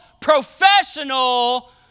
professional